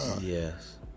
Yes